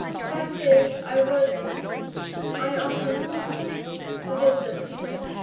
fact is, i was i often but it's a secret.